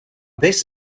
this